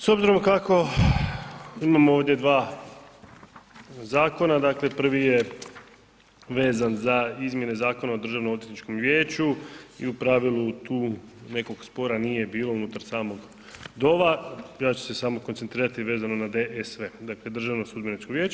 S obzirom kako imamo ovdje dva zakona, dakle prvi je vezan za izmjene Zakona o Državnoodvjetničkom vijeću i u pravilu tu nekog spora nije bilo unutar samog DOV-a, ja ću se samo koncentrirati vezano na DSV, dakle Državno sudbeno vijeće.